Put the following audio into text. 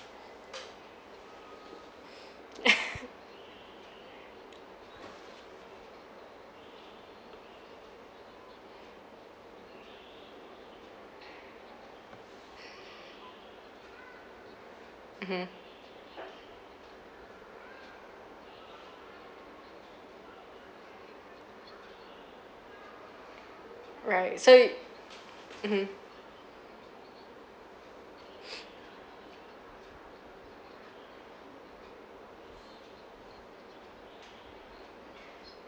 mmhmm right so you mmhmm